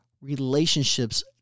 relationships